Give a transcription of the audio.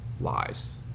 lies